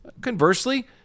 Conversely